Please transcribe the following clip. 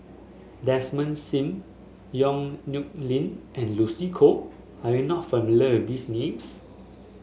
Desmond Sim Yong Nyuk Lin and Lucy Koh are you not familiar with these names